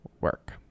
work